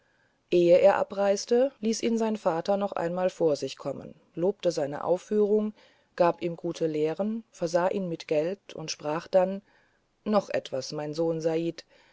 ehe er abreiste ließ ihn sein vater noch einmal vor sich kommen lobte seine aufführung gab ihm gute lehren versah ihn mit geld und sprach dann noch etwas mein sohn said